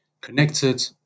connected